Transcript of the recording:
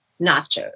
nachos